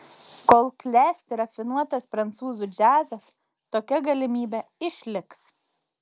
kol klesti rafinuotas prancūzų džiazas tokia galimybė išliks